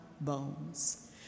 bones